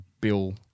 Bill